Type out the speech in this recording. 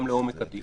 גם לעומק הדיון.